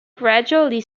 gradually